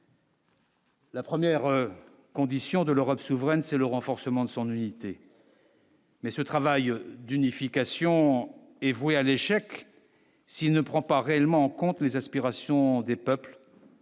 La première condition de l'Europe souveraine, c'est le renforcement de son unité. Mais ce travail d'unification est vouée à l'échec s'il ne prend pas réellement en compte les aspirations des peuples,